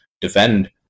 defend